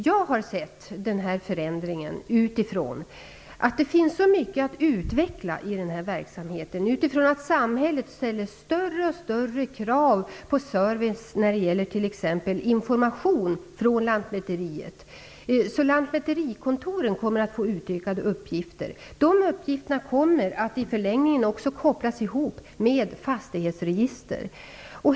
Jag har sett den här förändringen utifrån att det finns så mycket att utveckla i den här verksamheten, att samhället ställer större och större krav på service när det gäller t.ex. information från lantmäteriet. Lantmäterikontoren kommer att få utökade uppgifter. De uppgifterna kommer i förlängningen också att kopplas ihop med fastighetsregister.